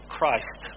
Christ